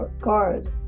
guard